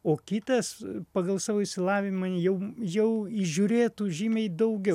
o kitas pagal savo išsilavinimą jau jau įžiūrėtų žymiai daugiau